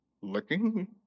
licking